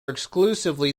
exclusively